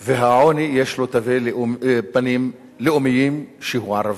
והעוני, יש לו תווי פנים לאומיים שהוא ערבי.